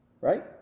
Right